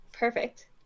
perfect